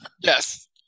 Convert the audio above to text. Yes